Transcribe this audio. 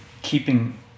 keeping